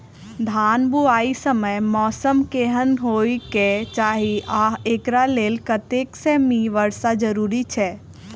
धान बुआई समय मौसम केहन होइ केँ चाहि आ एकरा लेल कतेक सँ मी वर्षा जरूरी छै?